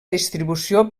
distribució